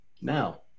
now